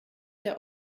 der